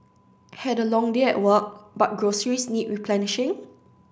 had a long day at work but groceries need replenishing